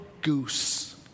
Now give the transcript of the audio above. goose